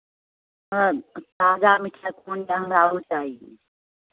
सभ ताजा मिठाइ कोन यए हमरा ओ चाही